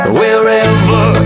wherever